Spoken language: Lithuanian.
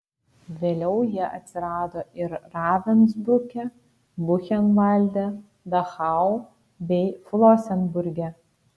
vėliau jie atsirado ir ravensbruke buchenvalde dachau bei flosenburge